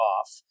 off